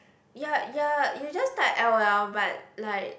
ya ya you just type L_O_L but like